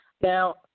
Now